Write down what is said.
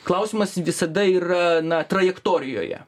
klausimas visada yra na trajektorijoje